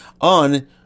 on